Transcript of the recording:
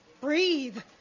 breathe